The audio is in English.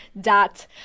dot